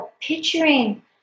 picturing